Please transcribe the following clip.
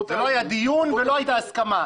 זה לא היה דיון ולא הייתה הסכמה.